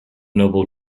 noble